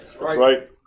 Right